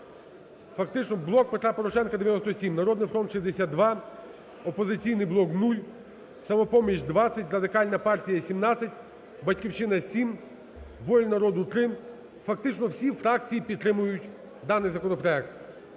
Фактично "Блок Петра Порошенка" – 97, "Народний фронт" – 62, "Опозиційний блок" – 0, "Самопоміч" – 20, Радикальна партія – 17, "Батьківщина" – 7, "Воля народу" – 3. Фактично всі фракції підтримують даний законопроект.